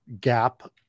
gap